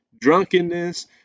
drunkenness